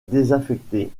désaffectée